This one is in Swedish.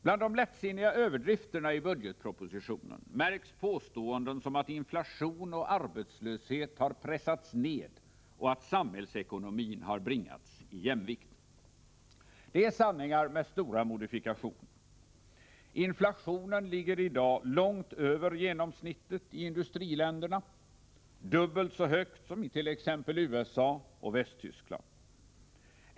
Bland de lättsinniga överdrifterna i budgetpropositionen märks påståenden som att inflation och arbetslöshet har pressats ned och att samhällsekonomin har bringats i jämvikt. Det är sanningar med stora modifikationer. Inflationen ligger i dag långt över genomsnittet i industriländerna, dubbelt så högt somit.ex. USA och Västtyskland.